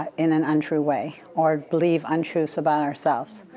in an untrue way or believe untruths about ourselves,